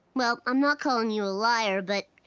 well, i'm not calling you a liar but,